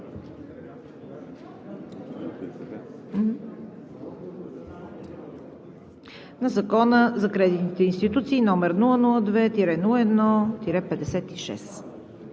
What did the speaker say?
на Закона за кредитните институции, № 002-01-56.